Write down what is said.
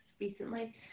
recently